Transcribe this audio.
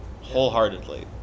wholeheartedly